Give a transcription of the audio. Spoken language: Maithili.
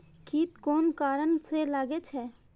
कीट कोन कारण से लागे छै?